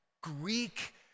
Greek